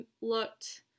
looked